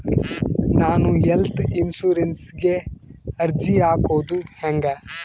ನಾನು ಹೆಲ್ತ್ ಇನ್ಸುರೆನ್ಸಿಗೆ ಅರ್ಜಿ ಹಾಕದು ಹೆಂಗ?